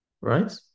Right